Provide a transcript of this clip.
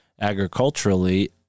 Agriculturally